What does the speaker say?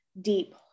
deep